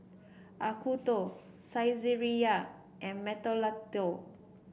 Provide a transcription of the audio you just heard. Acuto Saizeriya and Mentholatum